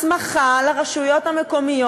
הסמכה לרשויות המקומיות.